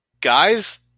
Guys